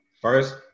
First